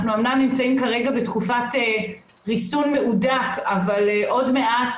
אמנם אנחנו בתקופת ריסון מהודק אבל עוד מעט